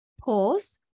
pause